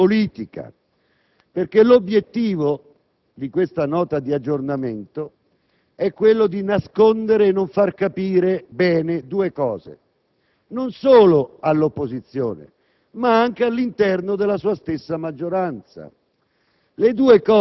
Al di là di ciò, signor Presidente, questa Nota di aggiornamento, così confusa e pasticciata, è in realtà piena, come dirò, di errori tecnici, che assumono valenza politica.